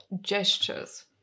gestures